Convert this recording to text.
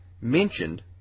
mentioned